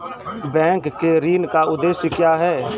Bank के ऋण का उद्देश्य क्या हैं?